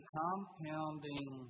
compounding